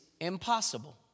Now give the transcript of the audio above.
impossible